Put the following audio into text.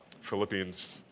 Philippians